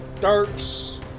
Darks